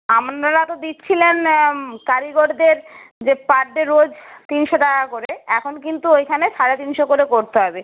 আপনারা তো দিচ্ছিলেন না কারিগরদের যে পার ডে রোজ তিনশো টাকা করে এখন কিন্তু ওইখানে সাড়ে তিনশো করে করতে হবে